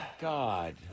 God